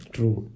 True